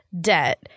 debt